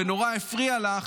ונורא הפריע לך,